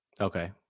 Okay